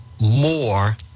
more